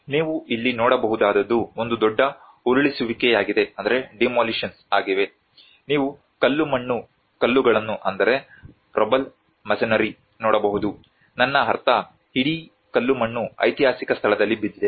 ನೀವು ಇಲ್ಲಿ ನೋಡಬಹುದಾದದ್ದು ಒಂದು ದೊಡ್ಡ ಉರುಳಿಸುವಿಕೆಯಾಗಿದೆ ನೀವು ಕಲ್ಲುಮಣ್ಣು ಕಲ್ಲುಗಳನ್ನು ನೋಡಬಹುದು ನನ್ನ ಅರ್ಥ ಇಡೀ ಕಲ್ಲುಮಣ್ಣು ಐತಿಹಾಸಿಕ ಸ್ಥಳದಲ್ಲಿ ಬಿದ್ದಿದೆ